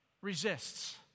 resists